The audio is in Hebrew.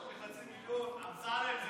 אמסלם,